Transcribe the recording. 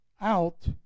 out